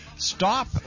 Stop